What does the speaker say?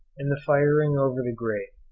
and the firing over the grave.